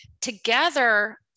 together